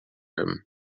him